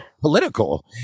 political